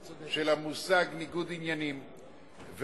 איזה ניגוד אינטרסים זה?